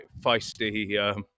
feisty